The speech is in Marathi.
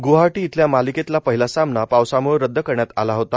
ग्वाहाटी इथला मालिकेतला पहिला सामना पावसामुळे रद्द करण्यात आला होता